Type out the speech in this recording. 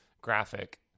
graphic